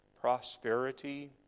prosperity